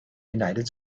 united